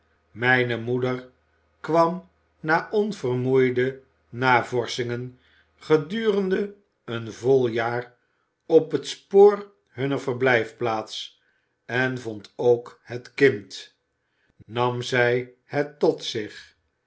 mijne moeder kwam na onvermoeide navorschingen gedurende een vol jaar op het spoor hunner verblijfplaats en vond ook het kind nam zij het tot zich